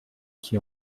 qui